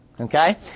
okay